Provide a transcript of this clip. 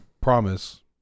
promise